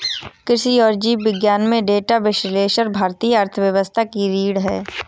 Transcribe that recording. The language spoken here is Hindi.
कृषि और जीव विज्ञान में डेटा विश्लेषण भारतीय अर्थव्यवस्था की रीढ़ है